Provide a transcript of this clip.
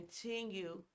continue